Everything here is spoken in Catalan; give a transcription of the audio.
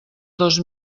dos